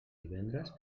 divendres